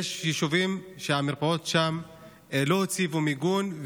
יש יישובים שהמרפאות בהם לא הציבו מיגון,